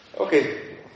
Okay